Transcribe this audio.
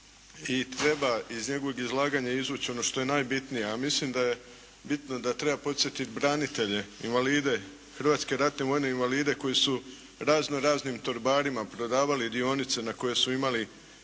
I treba iz njegovog izlaganja izvući ono što je najbitnije. A mislim da je bitno da treba podsjetiti branitelje, invalide, hrvatske ratne vojne invalide koji su razno raznim torbarima prodavali dionice na koje su imali